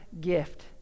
gift